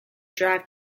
drive